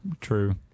True